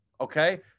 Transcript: Okay